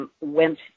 Went